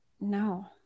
no